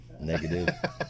Negative